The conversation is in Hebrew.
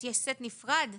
ויש סט נפרד,